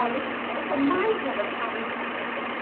um it's ah it's a minefield of taboo topics.